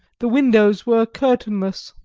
the windows were curtainless,